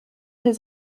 his